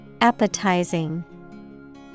Appetizing